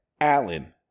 Allen